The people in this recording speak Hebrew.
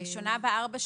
לראשונה ב-4 שנים.